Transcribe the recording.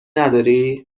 نداری